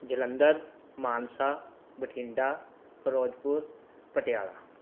Jalandhar Mansa Bathinda Firozpur Patiala